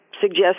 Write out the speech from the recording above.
suggest